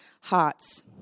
hearts